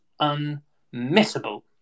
unmissable